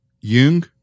Jung